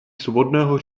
svobodného